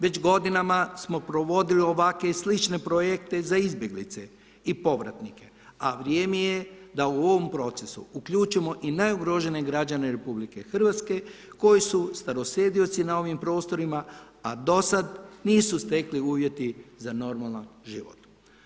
Već godinama smo provodili ovakve i slične projekte za izbjeglice i povratnike, a vrijeme je da u ovom procesu uključimo i najugroženije građane Republike Hrvatske koji su starosjedioci na ovim prostorima, a do sada nisu stekli uvjete za normalan život.